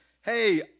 Hey